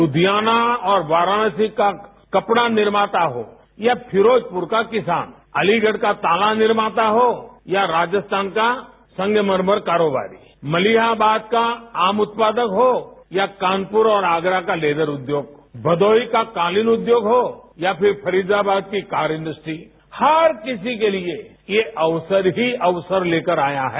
लुधियाना और वाराणसी का कपड़ा निर्माता हो या फिरोजपुर का किसान अलीगढ़ का ताला निर्माता हो या राजस्थान का संगमरमर कारोबार मलियाबाद का आम उत्पादक हो या कानपुर और आगरा का लेजर उद्योग भदौही का कालीन उद्योग हो या फिर फरीदाबाद की कार इंडस्ट्री हर किसी के लिए ये अवसर ही अवसर लेकर आया है